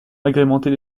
agrémentée